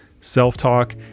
self-talk